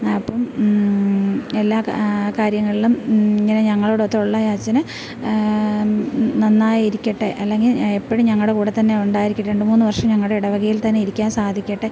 അപ്പം എല്ലാ കാര്യങ്ങളിലും ഇങ്ങനെ ഞങ്ങളോടൊത്ത് ഉള്ള ഈ അച്ഛന് നന്നായിരിക്കട്ടെ അല്ലെങ്കിൽ എപ്പോഴും ഞങ്ങളുടെ കൂടെ തന്നെ ഉണ്ടായിരിക്കട്ടെ രണ്ട് മൂന്ന് വർഷം ഞങ്ങളുടെ ഇടവകയിൽ തന്നെ ഇരിക്കാൻ സാധിക്കട്ടെ